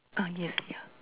ah yes ya